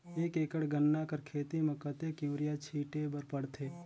एक एकड़ गन्ना कर खेती म कतेक युरिया छिंटे बर पड़थे?